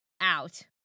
out